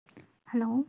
hello